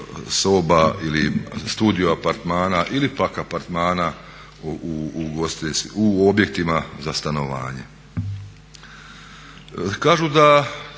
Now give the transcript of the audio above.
soba ili studio apartmana ili pak apartmana u objektima za stanovanje. Kažu da